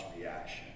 reaction